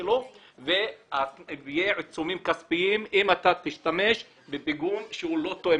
שלו ויהיו עיצומים כספיים אם אתה תשתמש בפיגום שלא תואם,